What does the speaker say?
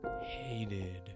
hated